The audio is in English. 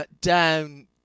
down